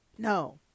no